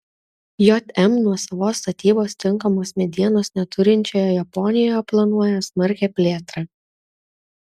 jm nuosavos statybos tinkamos medienos neturinčioje japonijoje planuoja smarkią plėtrą